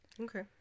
okay